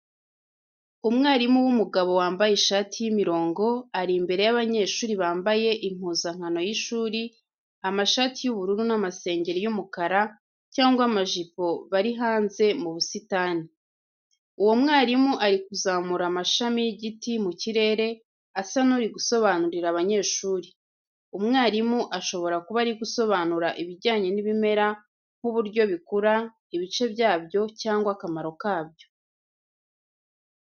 Umwarimu w'umugabo wambaye ishati y'imirongo, ari imbere y'abanyeshuri bambaye impuzankano y'ishuri, amashati y'ubururu n'amasengeri y'umukara cyangwa amajipo bari hanze mu busitani. Uwo mwarimu ari kuzamura amashami y’igiti mu kirere asa n’uri gusobanurira abanyeshuri. Umwarimu ashobora kuba ari gusobanura ibijyanye n’ibimera nk'uburyo bikura, ibice byabyo cyangwa akamaro kabyo.